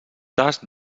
tast